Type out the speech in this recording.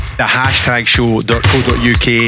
thehashtagshow.co.uk